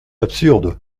absurde